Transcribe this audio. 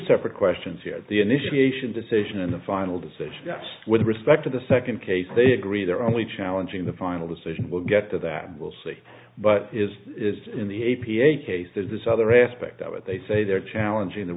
separate questions here the initiation decision and the final decision with respect to the second case they agree they're only challenging the final decision we'll get to that we'll see but is is in the a p a case is this other aspect of it they say they're challenging the